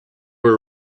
were